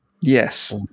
Yes